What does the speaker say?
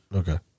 okay